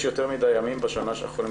יש יותר מדי ימים בשנה שאנחנו יכולים